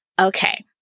Okay